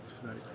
tonight